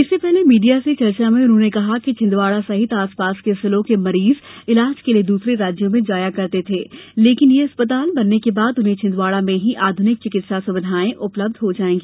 इससे पहले मीडिया से चर्चा में उन्होंने कहा कि छिंदवाड़ा सहित आसपास के जिलों के मरीज इलाज के लिए दूसरे राज्यों में जाया करते थे लेकिन यह अस्पताल बनने के बाद उन्हें छिंदवाड़ा में ही आधुनिक चिकित्सा सुविधायें उपलब्ध हो जायेंगी